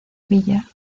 villa